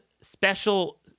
special